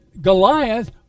Goliath